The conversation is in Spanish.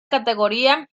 categoría